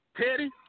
Teddy